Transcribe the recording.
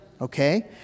Okay